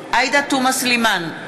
עאידה תומא סלימאן,